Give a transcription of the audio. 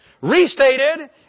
Restated